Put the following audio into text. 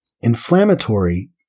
Inflammatory